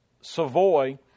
Savoy